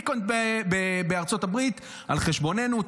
weekend בארצות הברית על חשבוננו,